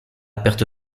perte